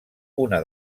una